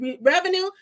revenue